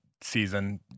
season